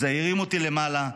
זה הרים אותי למעלה,